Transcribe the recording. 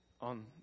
on